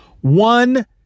One